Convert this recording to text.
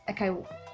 okay